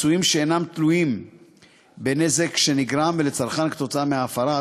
פיצויים שאינם תלויים בנזק שנגרם לצרכן כתוצאה מההפרה,